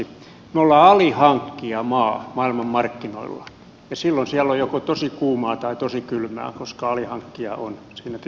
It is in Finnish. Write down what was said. me olemme alihankkijamaa maailmanmarkkinoilla ja silloin siellä on joko tosi kuumaa tai tosi kylmää koska alihankkija on siinä tilanteessa